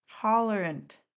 tolerant